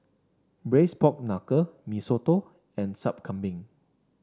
Braised Pork Knuckle Mee Soto and Sup Kambing